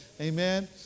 amen